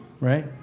right